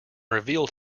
revealed